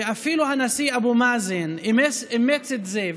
ואפילו הנשיא אבו מאזן אימץ את זה,